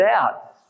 out